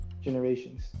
generations